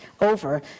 over